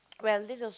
well this was